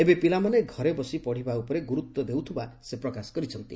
ଏବେ ପିଲାମାନେ ଘରେ ବସି ପତିବା ଉପରେ ଗୁରୁତ୍ୱ ଦେଉଥିବା ସେ ପ୍ରକାଶ କରିଛନ୍ତି